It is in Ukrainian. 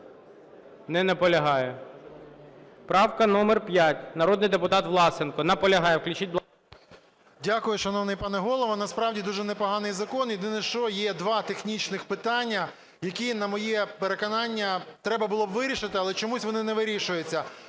Не наполягає. Правка номер 5, народний депутат Власенко. Наполягає. Включіть, будь ласка… 16:39:17 ВЛАСЕНКО С.В. Дякую, шановний пане Голово. Насправді дуже непоганий закон. Єдине, що є два технічні питання, які, на моє переконання, треба було б вирішити, але чомусь вони не вирішуються.